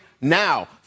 now